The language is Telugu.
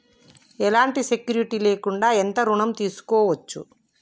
ఎలాంటి సెక్యూరిటీ లేకుండా ఎంత ఋణం తీసుకోవచ్చు?